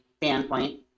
standpoint